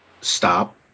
stop